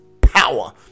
power